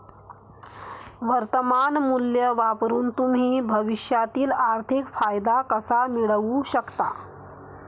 वर्तमान मूल्य वापरून तुम्ही भविष्यातील आर्थिक फायदा कसा मिळवू शकता?